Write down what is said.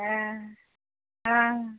हेँ हँ